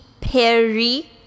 perry